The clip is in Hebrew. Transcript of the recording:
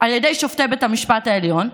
על ידי שופטי בית המשפט העליון,